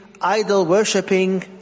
idol-worshipping